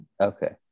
Okay